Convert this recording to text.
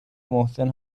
محسن